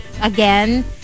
again